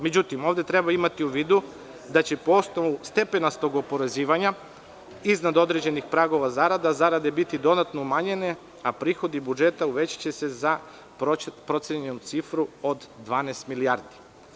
Međutim, ovde treba imati u vidu da će po osnovu stepenastog oporezivanja iznad određenih pragova zarada, zarade biti dodatno umanjene, a prihodi budžeta uvećaće se za procenjenu cifru od 12 milijardi.